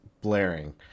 blaring